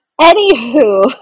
Anywho